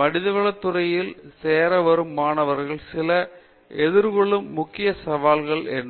மனிதவள துறையில் சேர வரும் சில மாணவர்கள் எதிர்கொள்ளும் முக்கிய சவால்கள் என்ன